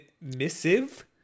missive